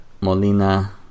Molina